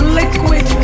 liquid